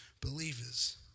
believers